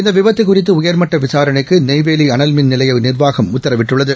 இந்தவிபத்துகுறித்தஉயர்மட்டவிசாரணைக்கு நெய்வேலிஅனல் மின் நிலையநிர்வாகம் உத்தரவிட்டுள்ளது